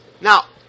Now